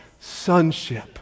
Sonship